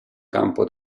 campo